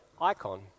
icon